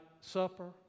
supper